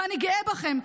ואני גאה בכם.